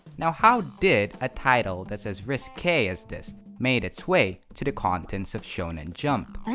now how did a title that's as risque as this made its way to the contents of shonen jump?